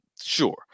Sure